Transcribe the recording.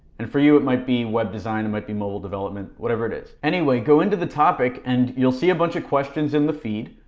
and for you it might be web design, it might be mobile developmnt, whatever it is. anyway, go into the topic and you'll see a bunch of questions in the feed,